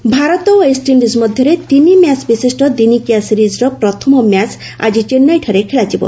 cricket Bharat ଓ West Indies ମଧ୍ୟରେ ତିନି ମ୍ୟାଚ୍ ବିଶିଷ୍ଟ ଦିନିକିଆ ସିରିଜ୍ର ପ୍ରଥମ ମ୍ୟାଚ୍ ଆଜି ଚେନ୍ନାଇଠାରେ ଖେଳାଯିବ